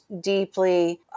deeply